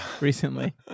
recently